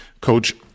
Coach